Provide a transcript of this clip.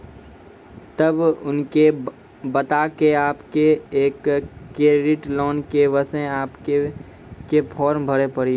तब उनके बता के आपके के एक क्रेडिट लोन ले बसे आपके के फॉर्म भरी पड़ी?